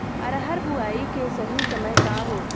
अरहर बुआई के सही समय का होखे?